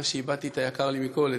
אחרי שאיבדתי את היקר לי מכול,